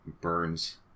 burns